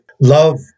Love